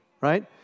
right